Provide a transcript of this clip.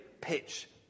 pitch